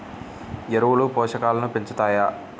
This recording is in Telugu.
ఎరువులు పోషకాలను పెంచుతాయా?